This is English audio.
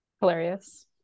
Hilarious